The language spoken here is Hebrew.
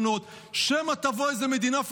אני רוצה להודות לצוות הוועדה שהתייצב,